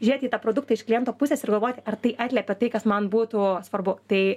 žiūrėti į tą produktą iš kliento pusės ir galvoti ar tai atliepia tai kas man būtų svarbu tai